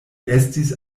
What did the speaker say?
estis